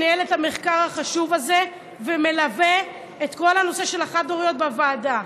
שניהל את המחקר החשוב הזה ומלווה את כל נושא החד-הוריות בוועדה,